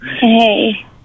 Hey